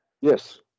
yes